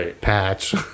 patch